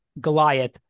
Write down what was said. Goliath